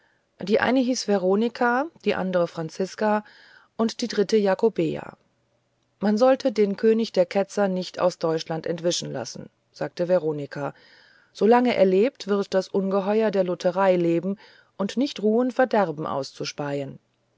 die eine hieß veronika die andere franziska die dritte jakobea man sollte den könig der ketzer nicht aus deutschland entwischen lassen sagte veronika so lange er lebt wird das ungeheuer der lutherei leben und nicht ruhen verderben auszuspeien